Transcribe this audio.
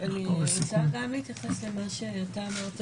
אני רוצה להתייחס שמה שאתה אמרת,